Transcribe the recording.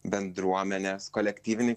bendruomenės kolektyvinį